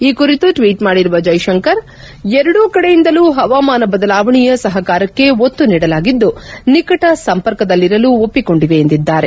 ಈ ಕುರಿತು ಟ್ವೀಟ್ ಮಾಡಿರುವ ಜೈಶಂಕರ್ ಎರಡೂ ಕಡೆಯಿಂದಲೂ ಹವಾಮಾನ ಬದಲಾವಣೆಯ ಸಹಕಾರಕ್ಕೆ ಒತ್ತು ನೀಡಲಾಗಿದ್ದು ನಿಕಟ ಸಂಪರ್ಕದಲ್ಲಿರಲು ಒಪ್ಪಿಕೊಂಡಿವೆ ಎಂದಿದ್ದಾರೆ